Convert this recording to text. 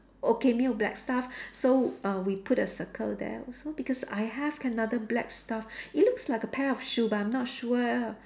okay 没有 black stuff so uh we put a circle there also because I have another black stuff it looks like a pair of shoe but I'm not sure